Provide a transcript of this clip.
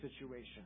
situation